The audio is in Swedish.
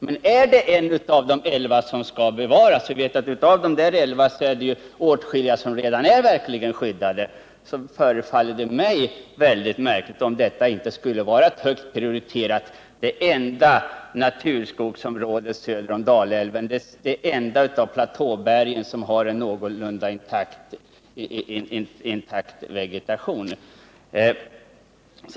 Men om Bjärsjö är ett av de elva områden som särskilt skall bevaras, och vi vet att det är åtskilliga av dessa som redan är verkligt skyddade, förefaller det mig märkligt om Bjärsjö inte skulle vara högt prioriterat. Bjärsjö är det enda större naturskogsområdet söder om Dalälven och Sydbillingen det enda av platåbergen som har en någorlunda intakt vegetation.